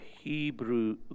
Hebrew